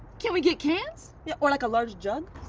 can we get cans? yeah or like a large jug?